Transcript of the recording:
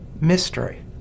mystery